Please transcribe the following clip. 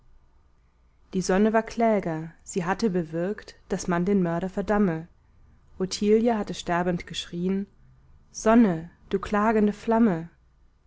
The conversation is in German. die sonne war kläger sie hatte bewirkt daß man den mörder verdamme ottilie hatte sterbend geschrien sonne du klagende flamme